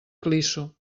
clisso